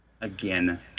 Again